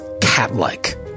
cat-like